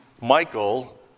Michael